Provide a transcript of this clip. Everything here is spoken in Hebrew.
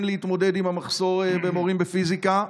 להתמודד עם המחסור במורים בפיזיקה?